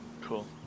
Cool